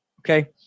Okay